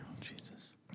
Jesus